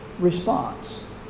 Response